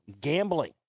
gambling